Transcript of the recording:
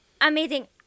amazing